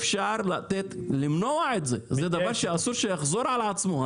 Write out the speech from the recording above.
אפשר למנוע את זה, זה דבר שאסור שיחזור על עצמו.